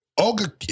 Olga